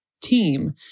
team